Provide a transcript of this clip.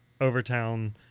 Overtown